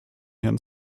herrn